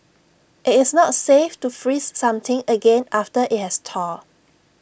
IT is not safe to freeze something again after IT has thawed